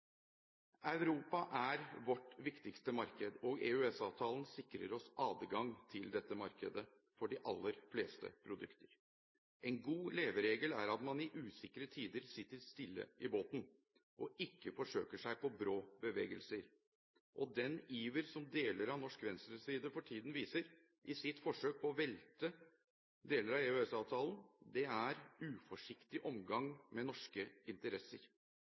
Europa er vårt viktigste marked, og EØS-avtalen sikrer oss adgang til dette markedet for de aller fleste produkter. En god leveregel er at man i usikre tider sitter stille i båten og ikke forsøker seg på brå bevegelser. Den iver som deler av norsk venstreside for tiden viser i sitt forsøk på å velte deler av EØS-avtalen, er uforsiktig omgang med norske interesser.